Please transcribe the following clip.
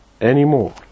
anymore